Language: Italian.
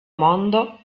mondo